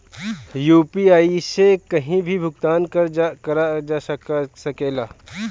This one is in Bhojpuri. यू.पी.आई से कहीं भी भुगतान कर जा सकेला?